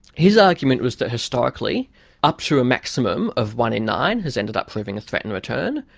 his argument was that historically up to a maximum of one in nine has ended up proving a threat in return,